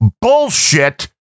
bullshit